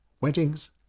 Weddings